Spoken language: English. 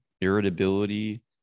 irritability